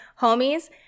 homies